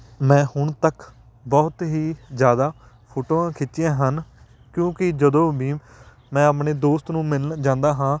ਮੈਂ ਹੁਣ ਤੱਕ ਬਹੁਤ ਹੀ ਜ਼ਿਆਦਾ ਫ਼ੋਟੋਆਂ ਖਿੱਚੀਆਂ ਹਨ ਕਿਉਂਕਿ ਜਦੋਂ ਵੀ ਮੈਂ ਆਪਣੇ ਦੋਸਤ ਨੂੰ ਮਿਲਣ ਜਾਂਦਾ ਹਾਂ